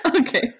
okay